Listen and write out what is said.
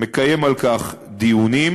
מקיים על כך דיונים.